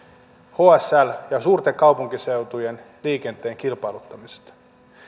hsln ja suurten kaupunkiseutujen liikenteen kilpailuttamisesta